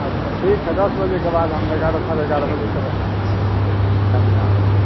अच्छा ठीक है दस बजे के बाद हम ग्यारह साढ़े ग्यारह बजे के बा आएँगे आएंगे